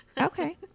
Okay